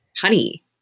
honey